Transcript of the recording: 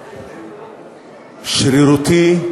שרירותי,